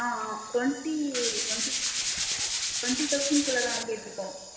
ஆ ஆ twenty twenty twenty thousand குள்ளே தான் கேட்டிருக்கோம்